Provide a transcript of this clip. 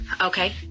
Okay